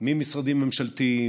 ממשרדים ממשלתיים,